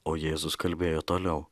o jėzus kalbėjo toliau